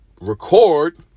record